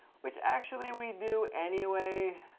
which actually we do anyway,